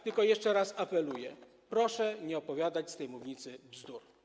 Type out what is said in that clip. Tylko jeszcze raz apeluję: Proszę nie opowiadać z tej mównicy bzdur.